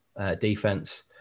defense